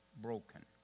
broken